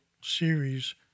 series